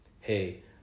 hey